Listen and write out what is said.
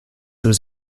was